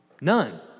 none